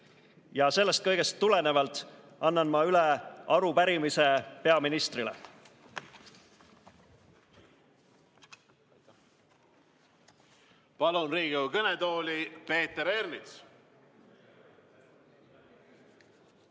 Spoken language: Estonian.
Sellest kõigest tulenevalt annan ma üle arupärimise peaministrile. Palun Riigikogu kõnetooli Peeter Ernitsa.